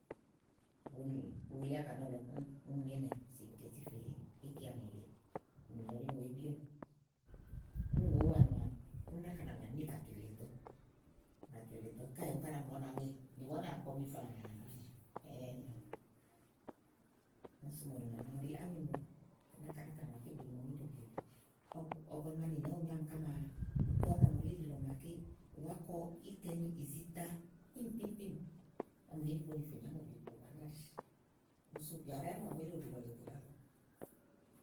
úni bu li áka nɔ̀lɔ úni nyo ínɛ̀ si ùú ze fè íkeanì èleè nìlɔ ɖi ni wèé gbi éwu. úni ùŋò úwaanì maa úni náka nàa bàni níìkatù èle èɖɔ̀ káèè úni ká ɖàá mu níìku màaké ú nàá ŋe ni màa únàkɔmi fòà úni sú mòonì ìŋòwà màaɖu ɖí mò náka náka màa bu nyomi íɖòbi èle ɔ̀gɔ̀nì màa nìnɛ̀ ówò nyo ámi ká maa, ù tu ámɔ̀nɔ li íɖì lɔ màaké wàá kɔ ítɛmi ìzitã kpíìm kpíìm kpíìm ɔmi nì íɖigbo nì fènìà ámòbi ku úni sú bìà bù ɖàa yá ámɔ̀lɔ íɖòbi lɔ lèe tè ɖíàlɔ.